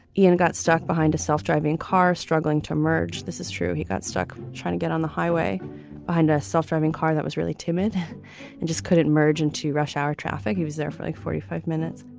ian got stuck behind a self-driving car struggling to emerge. this is true. he got stuck trying to get on the highway behind a self-driving car. that was really timid and just couldn't merge in two rush hour traffic. he was there for like forty five minutes.